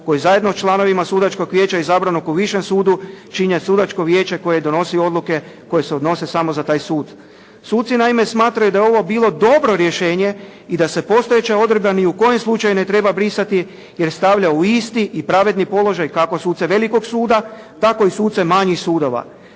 koji zajedno s članovima Sudačkog vijeća izabranog u višem sudu čine Sudačko vijeće koje donosi odluke koje se odnose samo za taj sud. Suci naime smatraju da je ovo bilo dobro rješenje i da se postojeća odredba ni u kojem slučaju ne treba brisati, jer stavlja u isti i pravedni položaj kako suce velikog suda, tako i suce manjih sudova.